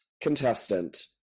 contestant